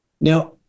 Now